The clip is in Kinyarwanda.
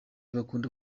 bakunda